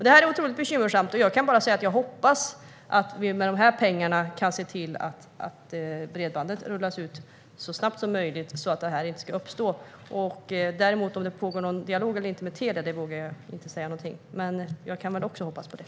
Detta är otroligt bekymmersamt, och jag kan bara säga att jag hoppas att vi med dessa pengar kan se till att bredbandet rullas ut så snabbt som möjligt så att denna situation inte ska uppstå. Om det däremot pågår någon dialog med Telia eller inte vågar jag inte säga något om, men jag kan väl också hoppas på det.